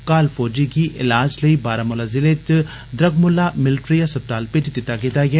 घायल फौजी गी इलाज लेई बारामुला जिले च द्रगमुल्ला मिल्ट्री अस्पताल भेजी दिता गेदा ऐ